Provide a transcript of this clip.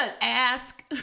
ask